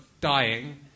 dying